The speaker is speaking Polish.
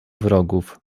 wrogów